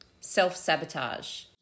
Self-sabotage